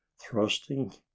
thrusting